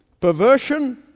perversion